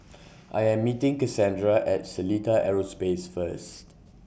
I Am meeting Kassandra At Seletar Aerospace First